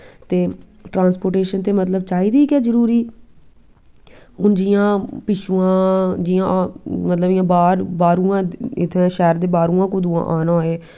ते ट्रांसपोर्टेशन ते मतलव चाही दी गै जरूरी हून जियां पिच्छूुआं जियां मतलव इयां बाहरुआं इत्थां शैह्र दे बाह्रुआं कुदुआं आना होए